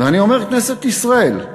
ואני אומר כנסת ישראל,